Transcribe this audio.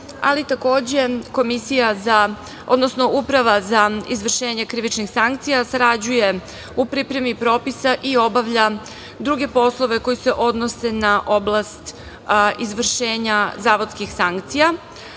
ali takođe Uprava za izvršenje krivičnih sankcija sarađuje u pripremi propisa i obavlja druge poslove koji se odnose na oblast izvršenja zavodskih sankcija. Ono